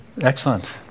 excellent